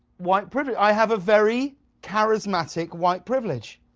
white privilege. i have a very charismatic white privilege.